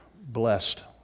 blessed